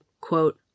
quote